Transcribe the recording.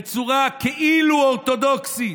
בצורה כאילו אורתודוקסית,